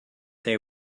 they